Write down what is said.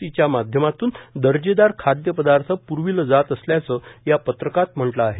सीच्या माध्यमातून दर्जेदार खाद्य पदार्थ प्रवले जात असल्याचंही या पत्रकात म्हटलं आहे